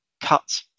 cut